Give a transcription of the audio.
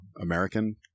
American